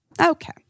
Okay